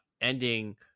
ending